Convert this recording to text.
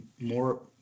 more